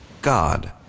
God